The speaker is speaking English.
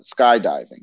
skydiving